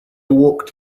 walked